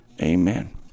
Amen